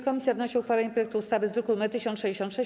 Komisja wnosi o uchwalenie projektu ustawy z druku nr 1066.